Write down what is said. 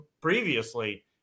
previously